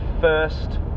first